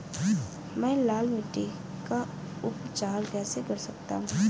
मैं लाल मिट्टी का उपचार कैसे कर सकता हूँ?